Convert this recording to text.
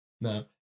Now